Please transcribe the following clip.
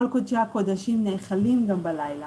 כל קודשי הקודשים נאכלים גם בלילה.